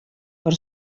per